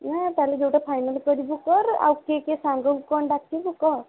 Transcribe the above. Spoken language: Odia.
ନା କାଲି ଯେଉଁଟା ଫାଇନାଲ୍ କରିବୁ କର ଆଉ କିଏ କିଏ ସାଙ୍ଗଙ୍କୁ କ'ଣ ଡାକିବୁ କହ